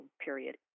period